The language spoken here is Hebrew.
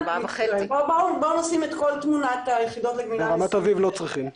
בואו נשים את כל תמונת --- ברמת אביב לא צריכים.